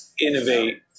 innovate